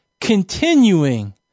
continuing